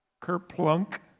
Kerplunk